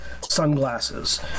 sunglasses